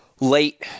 late